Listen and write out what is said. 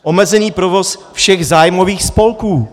Omezený provoz všech zájmových spolků.